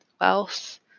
wealth